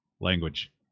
language